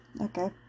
okay